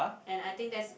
and I think that's